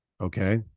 okay